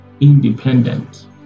independent